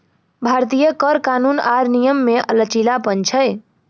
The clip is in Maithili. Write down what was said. भारतीय कर कानून आर नियम मे लचीलापन छै